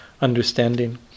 understanding